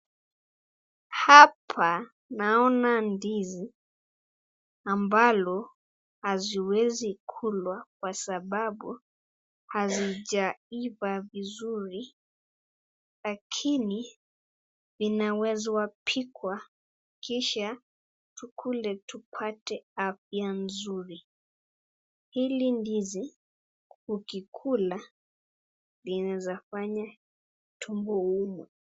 Hapa naona ndizi ambalo haziwezi kulwa kwa sababu hazijaiva vizuri lakini vinawezwa pikwa kisha tukule tupate afya nzuri. Hili ndizi ukikula linawezafanya tumbo uume.